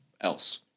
else